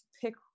pick